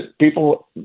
people